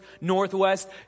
northwest